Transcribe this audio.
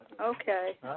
Okay